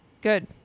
Good